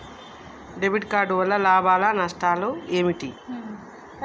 Debit card వల్ల లాభాలు నష్టాలు ఏమిటి?